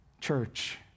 Church